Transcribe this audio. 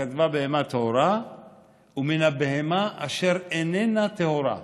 כתבה: "מן בהמה טהורה ומן הבהמה אשר איננה טהרה".